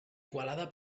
igualada